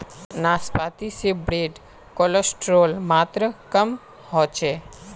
नाश्पाती से bad cholesterol मात्र कम होचे